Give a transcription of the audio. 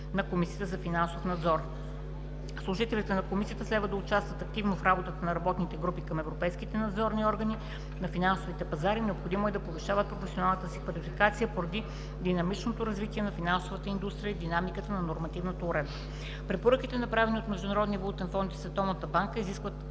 на Комисията за финансов надзор лица. Служителите на Комисията следва да участват активно в работата на работните групи към европейските надзорни органи на финансовите пазари, необходимо е да повишават професионалната си квалификация поради динамичното развитие на финансовата индустрия и динамиката на нормативната уредба. Препоръките, направени от МВФ и Световната банка, изискват